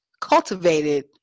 cultivated